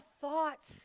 thoughts